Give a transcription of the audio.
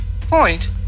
Point